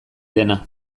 dena